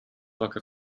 rocket